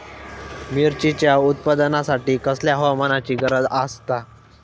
मिरचीच्या उत्पादनासाठी कसल्या हवामानाची गरज आसता?